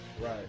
Right